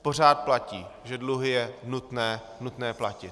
Pořád platí, že dluhy je nutné platit.